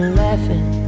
laughing